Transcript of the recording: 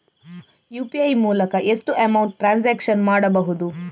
UPI ಮೂಲಕ ಎಷ್ಟು amount transaction ಮಾಡಬಹುದು?